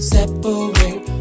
Separate